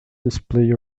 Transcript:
display